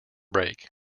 break